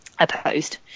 opposed